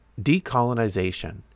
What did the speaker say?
Decolonization